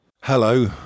hello